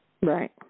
Right